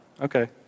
Okay